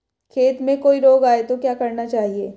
खेत में कोई रोग आये तो क्या करना चाहिए?